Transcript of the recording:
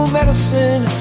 medicine